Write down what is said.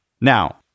Now